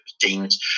teams